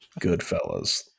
Goodfellas